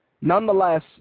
Nonetheless